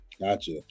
gotcha